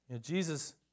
Jesus